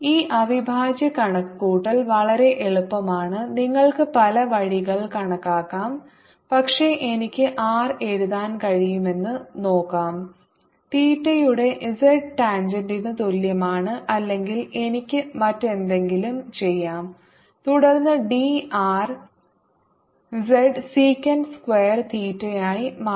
ഈ അവിഭാജ്യ കണക്കുകൂട്ടൽ വളരെ എളുപ്പമാണ് നിങ്ങൾക്ക് പല വഴികൾ കണക്കാക്കാം പക്ഷേ എനിക്ക് r എഴുതാൻ കഴിയുമെന്ന് നോക്കാം തീറ്റയുടെ z ടാൻജെന്റിന് തുല്യമാണ് അല്ലെങ്കിൽ എനിക്ക് മറ്റെന്തെങ്കിലും ചെയ്യാം തുടർന്ന് dr z സിക്കന്റ് സ്ക്വയർ തീറ്റയായി മാറുന്നു